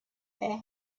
their